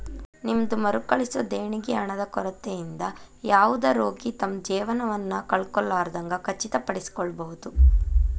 ನಿಮ್ದ್ ಮರುಕಳಿಸೊ ದೇಣಿಗಿ ಹಣದ ಕೊರತಿಯಿಂದ ಯಾವುದ ರೋಗಿ ತಮ್ದ್ ಜೇವನವನ್ನ ಕಳ್ಕೊಲಾರ್ದಂಗ್ ಖಚಿತಪಡಿಸಿಕೊಳ್ಬಹುದ್